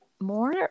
More